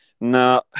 no